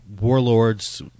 warlords